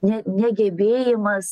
ne negebėjimas